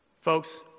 Folks